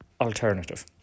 alternative